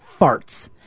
farts